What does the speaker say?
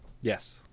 yes